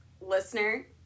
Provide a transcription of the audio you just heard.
listener